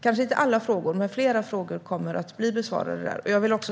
Kanske inte alla frågor, men flera frågor kommer att besvaras då.